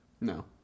No